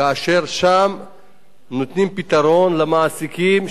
כאשר שם נותנים פתרון לגבי המעסיקים,